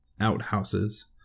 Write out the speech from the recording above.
outhouses